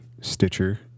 stitcher